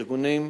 ארגונים,